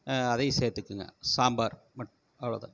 அதையும் சேர்த்துக்குங்க சாம்பார் அவ்வளோ தான்